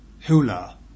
hula